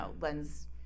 lends